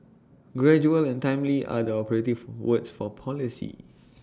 gradual and timely are the operative words for policy